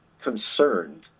concerned